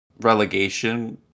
relegation